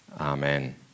Amen